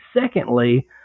secondly